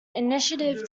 initiative